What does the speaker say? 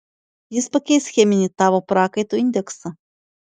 jis pakeis cheminį tavo prakaito indeksą